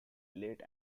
late